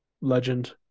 legend